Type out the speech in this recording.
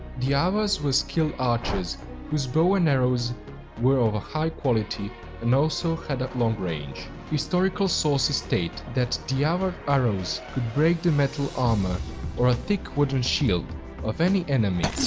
the avars were skilled archers whose bow and arrows were of a high quality and also had long range. historical sources state that avar arrows could break the metal armor or a thick wooden shield of any enemy,